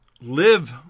live